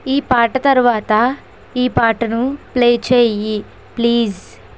ఈ పాట తర్వాత ఈ పాటను ప్లే చెయ్యి ప్లీజ్